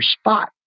spot